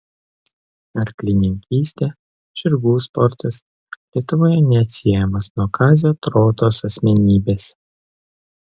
arklininkystė žirgų sportas lietuvoje neatsiejamas nuo kazio trotos asmenybės